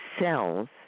cells